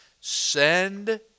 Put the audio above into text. send